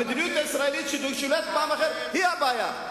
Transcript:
המדיניות הישראלית ששולטת בעם אחר היא הבעיה,